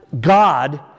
God